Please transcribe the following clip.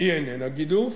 אינם גידוף.